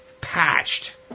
patched